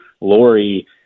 Lori